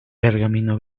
pergamino